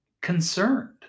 concerned